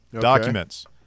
documents